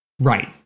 Right